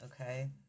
Okay